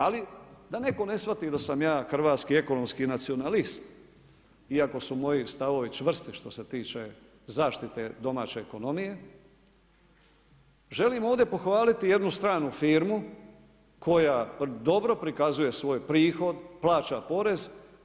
Ali da netko ne shvati da sam ja hrvatski ekonomski nacionalist, iako su moji stavovi čvrsti što se tiče zaštite domaće ekonomije želim ovdje pohvaliti jednu stranu firmu koja dobro pokazuje svoj prihod, plaća porez.